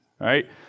right